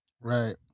Right